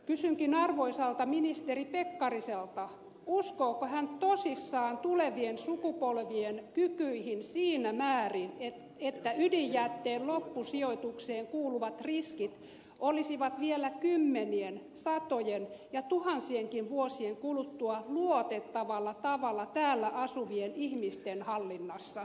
kysynkin arvoisalta ministeri pekkariselta uskooko hän tosissaan tulevien sukupolvien kykyihin siinä määrin että ydinjätteen loppusijoitukseen kuuluvat riskit olisivat vielä kymmenien satojen ja tuhansienkin vuosien kuluttua luotettavalla tavalla täällä asuvien ihmisten hallinnassa